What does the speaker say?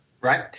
right